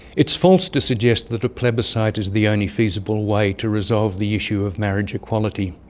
it is false to suggest that a plebiscite is the only feasible way to resolve the issue of marriage equality.